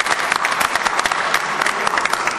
(מחיאות כפיים)